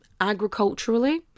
agriculturally